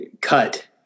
cut